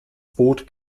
boot